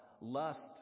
lust